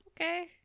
Okay